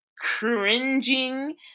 cringing